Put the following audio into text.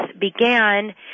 began